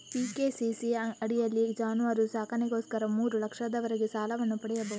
PKCC ಅಡಿಯಲ್ಲಿ ಜಾನುವಾರು ಸಾಕಣೆಗೋಸ್ಕರ ಮೂರು ಲಕ್ಷದವರೆಗೆ ಸಾಲವನ್ನು ಪಡೆಯಬಹುದು